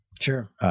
Sure